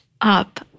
up